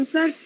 Sir